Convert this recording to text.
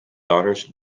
daughters